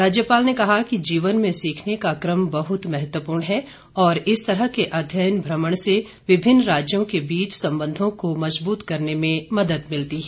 राज्यपाल ने कहा कि जीवन में सीखने का क्रम बहुत महत्वपूर्ण है और इस तरह के अध्ययन भ्रमण से विभिन्न राज्यों के बीच सम्बन्धों को मजबूत करने में मदद मिलती है